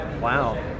Wow